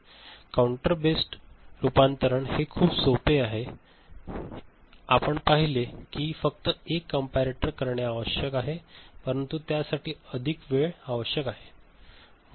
counter based रूपांतरण हे खूप सोपे आहे एक आपण पाहिले आहे की फक्त एक कंपेरेटर करणे आवश्यक आहे परंतु त्यासाठी अधिक वेळ आवश्यक आहे